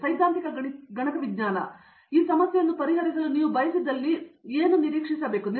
ಸೈದ್ಧಾಂತಿಕ ಗಣಕ ವಿಜ್ಞಾನದ ಈ ಸಮಸ್ಯೆಯನ್ನು ಪರಿಹರಿಸಲು ನೀವು ಬಯಸಿದಲ್ಲಿ ನೀವು ನಿರೀಕ್ಷಿಸಬೇಕಾದದ್ದು ಏನು